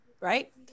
Right